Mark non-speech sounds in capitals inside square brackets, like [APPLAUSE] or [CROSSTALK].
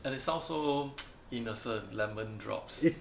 and it sounds so [NOISE] innocent lemon drops